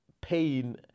pain